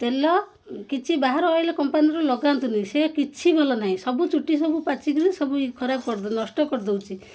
ତେଲ କିଛି ବାହାର ଅଏଲ୍ କମ୍ପାନୀରୁ ଲଗାନ୍ତୁନି ସେ କିଛି ଭଲ ନାହିଁ ସବୁ ଚୁଟି ସବୁ ପାଚିକିରି ସବୁ ଖରାପ କରି ନଷ୍ଟ କରିଦେଉଛି